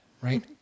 right